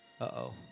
Uh-oh